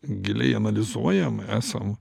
giliai analizuojam esam